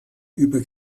über